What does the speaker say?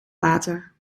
water